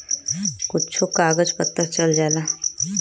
कुच्छो कागज पत्तर चल जाला